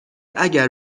اگر